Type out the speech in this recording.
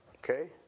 Okay